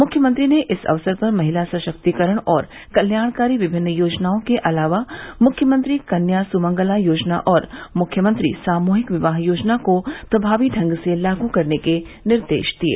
मुख्यमंत्री ने इस अवसर पर महिला सशक्तिकरण और कल्याणकारी विभिन्न योजनाओं के अलावा मुख्यमंत्री कन्या सुमंगला योजना और मुख्यमंत्री सामुहिक विवाह योजना को प्रभावी ढंग से लागू करने के निर्देश दिये